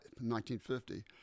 1950